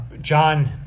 John